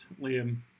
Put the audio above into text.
Liam